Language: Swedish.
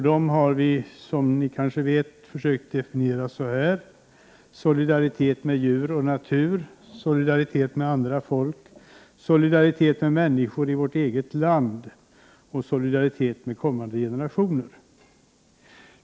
Dem har vi, som ni kanske vet, definierat så här: Solidaritet med djur och natur, solidaritet med andra folk, solidaritet med människor i vårt eget land och solidaritet med kommande generationer.